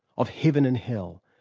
of heaven and hell,